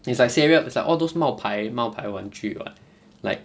it's like say real is like all those 冒牌冒牌玩具 [what] like